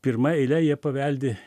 pirma eile jie paveldi